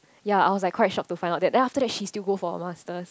yea I was like quite shock to find out that then after that she still go for master